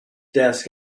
desk